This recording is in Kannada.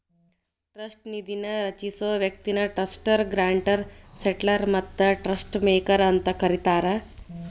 ಟ್ರಸ್ಟ್ ನಿಧಿನ ರಚಿಸೊ ವ್ಯಕ್ತಿನ ಟ್ರಸ್ಟರ್ ಗ್ರಾಂಟರ್ ಸೆಟ್ಲರ್ ಮತ್ತ ಟ್ರಸ್ಟ್ ಮೇಕರ್ ಅಂತ ಕರಿತಾರ